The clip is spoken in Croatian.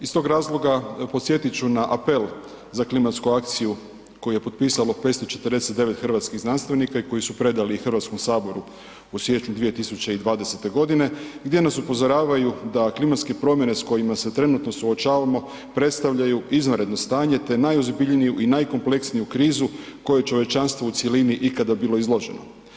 Iz tog razloga podsjetit ću na apel za klimatsku akciju koju je potpisalo 549 hrvatskih znanstvenika i koji su predali HS u siječnju 2020. gdje nas upozoravaju da klimatske promjene s kojima se trenutno suočavamo predstavljaju izvanredno stanje, te najozbiljniju i najkompleksniju krizu kojoj je čovječanstvo u cjelini ikada bilo izloženo.